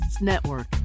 Network